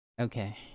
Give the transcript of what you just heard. Okay